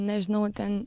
nežinau ten